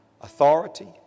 Authority